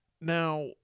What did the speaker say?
Now